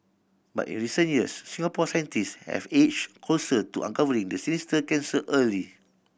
but in recent years Singapore scientists have edged closer to uncovering the sinister cancer early